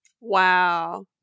Wow